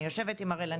אני יושבת עם הראל,